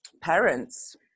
parents